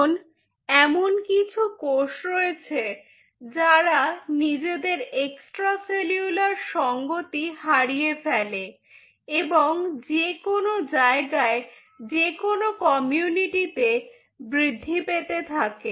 এখন এমন কিছু কোষ রয়েছে যারা নিজেদের এক্সট্রা সেলুলার সংগতি হারিয়ে ফেলে এবং যেকোনো জায়গায় যেকোন কমিউনিটিতে বৃদ্ধি পেতে থাকে